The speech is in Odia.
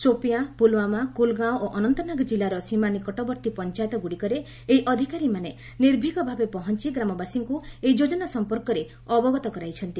ସୋପିୟାଁ ପୁଲ୍ୱାମା କୁଲ୍ଗାଓଁ ଓ ଅନନ୍ତନାଗ ଜିଲ୍ଲାର ସୀମା ନିକଟବର୍ତ୍ତୀ ପଞ୍ଚାୟତଗୁଡ଼ିକରେ ଏହି ଅଧିକାରୀମାନେ ନିର୍ଭୀକ ଭାବେ ପହଞ୍ଚ ଗ୍ରାମବାସୀଙ୍କୁ ଏହି ଯୋଜନା ସମ୍ପର୍କରେ ଅବଗତ କରାଇଛନ୍ତି